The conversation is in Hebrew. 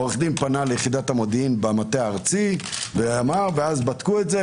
העו"ד פנה ליחידת המודיעין במטה הארצי ואז בדקו את זה.